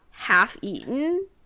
half-eaten